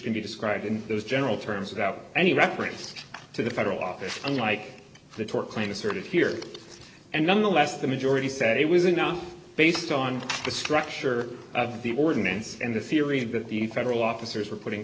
can be described in those general terms without any reference to the federal office unlike the tort claim asserted here and nonetheless the majority said it was enough based on the structure of the ordinance and the theory that the federal officers were putting